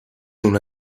una